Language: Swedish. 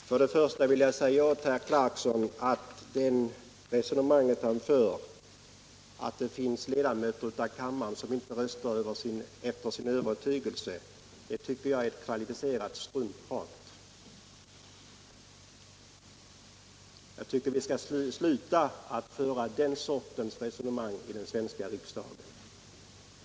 Herr talman! Först vill jag säga herr Clarkson att det resonemang han för om att det finns ledamöter av denna kammare som inte röstar efter sin övertygelse tycker jag är kvalificerat struntprat. Vi skall sluta med den sortens resonemang i den svenska riksdagen.